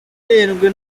irindwi